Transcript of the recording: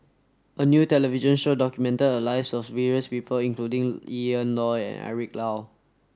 a new television show documented the lives of various people including Ian Loy and Eric Low